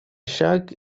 шаг